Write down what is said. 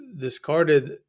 discarded